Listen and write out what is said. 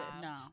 no